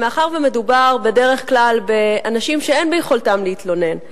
מאחר שבדרך כלל מדובר באנשים שאין ביכולתם להתלונן,